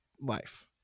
life